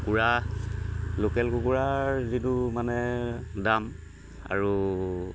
কুকুৰা লোকেল কুকুৰাৰ যিটো মানে দাম আৰু